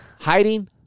Hiding